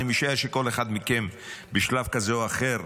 אני משער שכל אחד מכם בשלב כזה או אחר,